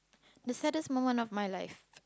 the saddest moment of my life